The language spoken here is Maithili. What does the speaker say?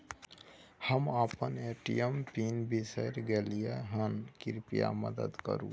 हम अपन ए.टी.एम पिन बिसरि गलियै हन, कृपया मदद करु